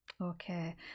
okay